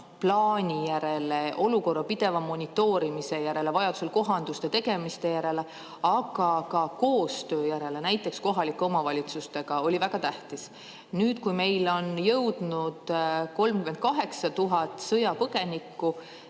plaani järele, olukorra pideva monitoorimise järele, vajadusel kohanduse tegemiste järele, aga ka koostöö järele, näiteks kohalike omavalitsustega, oli väga tähtis. Nüüd, kui meile on jõudnud 38 000 sõjapõgenikku